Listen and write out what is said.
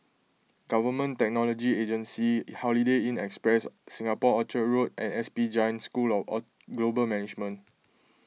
Government Technology Agency Holiday Inn Express Singapore Orchard Road and S P Jain School of or Global Management